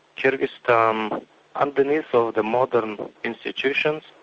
kyrgyzstan um underneath all the modern institutions,